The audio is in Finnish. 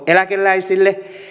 eläkeläisille